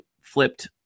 flipped